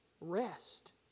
rest